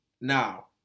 Now